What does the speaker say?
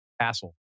castle